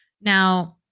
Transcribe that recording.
now